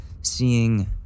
seeing